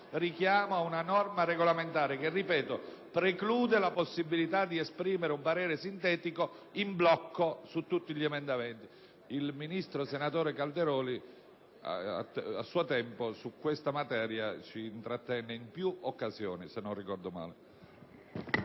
richiamo ad una norma regolamentare che, ripeto, preclude la possibilità di esprimere un parere sintetico in blocco su tutti gli emendamenti. Il ministro, senatore Calderoli, a suo tempo, su questa materia ci intrattenne in più occasioni, se non ricordo male.